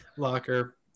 Locker